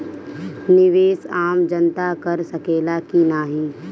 निवेस आम जनता कर सकेला की नाहीं?